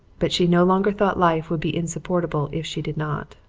but she no longer thought life would be insupportable if she did not.